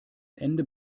ende